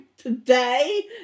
Today